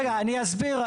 רגע, אני אסביר.